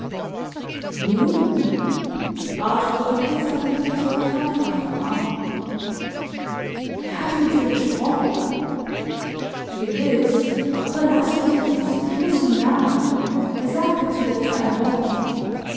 nun arthur ergriff seinen vetter krampfhaft am arm er hat mit dir gesprochen gewiß aber laß mich jetzt ich muß ihm nach er sagte zuletzt ein wort